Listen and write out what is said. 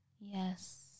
Yes